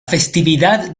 festividad